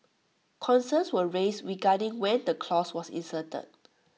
concerns were raised regarding when the clause was inserted